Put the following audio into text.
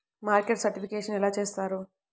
Market certification ఎలా చేస్తారు?